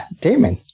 Damon